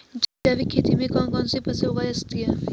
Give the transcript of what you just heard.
जैविक खेती में कौन कौन सी फसल उगाई जा सकती है?